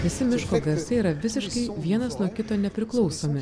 visi miško garsai yra visiškai vienas nuo kito nepriklausomi